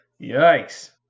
Yikes